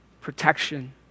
protection